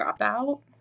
dropout